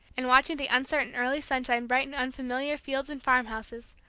and watching the uncertain early sunshine brighten unfamiliar fields and farmhouses,